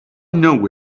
know